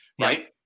right